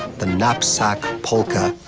the knapsack polka.